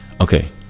Okay